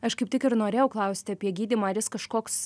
aš kaip tik ir norėjau klausti apie gydymą ar jis kažkoks